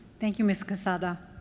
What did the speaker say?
thank you, ms. quezada.